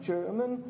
German